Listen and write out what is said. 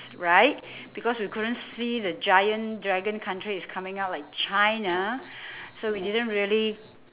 right because we couldn't see the giant dragon country is coming up like china so we didn't really